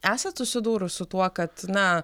esat susidūrus su tuo kad na